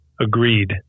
agreed